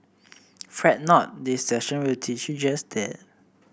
fret not this session will teach you just that